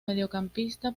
mediocampista